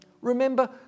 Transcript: Remember